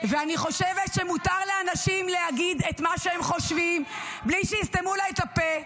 אני חושבת שמותר לאנשים להגיד את מה שהם חושבים בלי שיסתמו לה את הפה.